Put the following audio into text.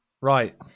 right